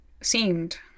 seemed